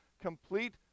complete